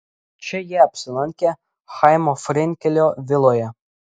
čia jie apsilankė chaimo frenkelio viloje